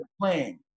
playing